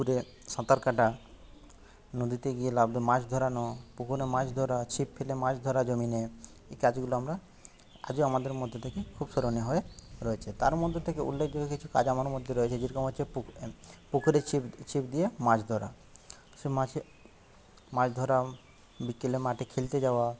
পুকুরে সাঁতার কাটা নদীতে গিয়ে লাফ দে মাছ ধরানো পুকুরে মাছ ধরা ছিপ ফেলে মাছ ধরা জমিনে এই কাজগুলো আমরা আজও আমাদের মধ্যে থেকে খুব স্মরণীয় হয়ে রয়েছে তার মধ্যে থেকে উল্লেখযোগ্য কিছু কাজ আমার মধ্যে রয়েছে যেরকম হচ্ছে পুকুরে ছিপ দিয়ে মাছ ধরা সে মাছে মাছ ধরা বিকেলে মাঠে খেলতে যাওয়া